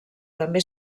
també